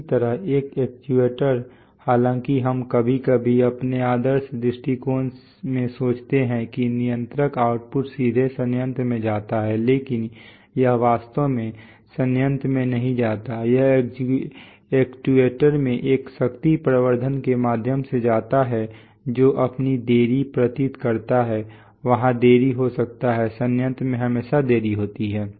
इसी तरह एक एक्चुएटर हालांकि हम कभी कभी अपने आदर्श दृष्टिकोण में सोचते हैं कि नियंत्रक आउटपुट सीधे संयंत्र में जाता है लेकिन यह वास्तव में संयंत्र में नहीं जाता है यह एक्ट्यूएटर में एक शक्ति प्रवर्धन के माध्यम से जाता है जो अपनी देरी प्रेरित करता है वहां देरी हो सकता है संयंत्र में हमेशा देरी होती है